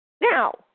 Now